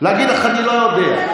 להגיד לך: אני לא יודע.